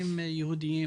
לקטינים יהודים.